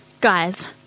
guys